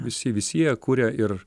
visi visi jie kuria ir